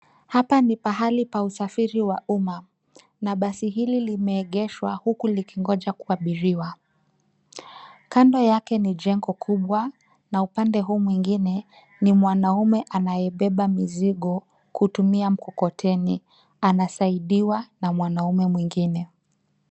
Hapa ni pahali pa usafiri wa umma, na basi hili limeegeshwa huku likingoja kuabiriwa. Kando yake ni jengo kubwa na upande huu mwingine ni mwanaume anayebeba mizigo kutumia mkokoteni. Anasaidiwa na mwanaume mwingine.